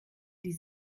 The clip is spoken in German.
die